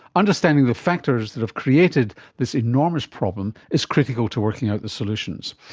understanding the factors that have created this enormous problem is critical to working out the solutions.